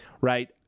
right